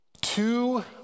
two